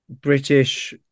British